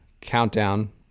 countdown